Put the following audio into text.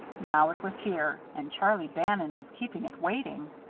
now it was here, and charlie bannon was keeping it waiting.